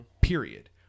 Period